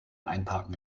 einparken